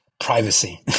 Privacy